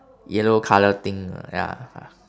yellow colour thing uh ya